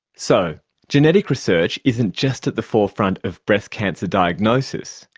so genetic research isn't just at the forefront of breast cancer diagnosis,